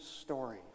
story